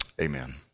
Amen